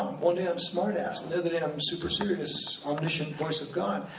um one day i'm smart-ass, another day i'm super-serious, omniscient voice of god.